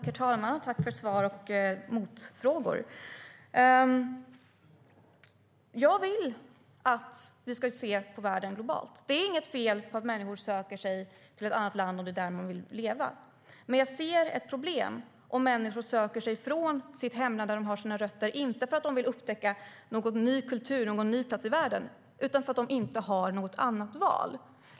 Herr talman! Tack för svar och motfrågor! Jag vill att vi ska se på världen globalt. Det är inget fel på att människor söker sig till ett annat land om det är där de vill leva. Men jag ser ett problem om människor söker sig från sitt hemland, där de har sina rötter, inte för att de vill upptäcka någon ny kultur, någon ny plats i världen, utan för att de inte har något annat val.